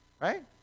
Right